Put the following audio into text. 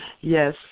Yes